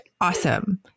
awesome